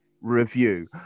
review